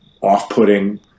off-putting